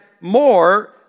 more